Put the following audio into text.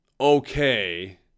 okay